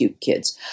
kids